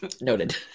Noted